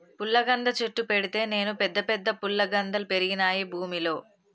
పుల్లగంద చెట్టు పెడితే నేను పెద్ద పెద్ద ఫుల్లగందల్ పెరిగినాయి భూమిలో